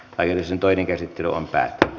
lakiehdotusten toinen käsittely päättyi